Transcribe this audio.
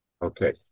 Okay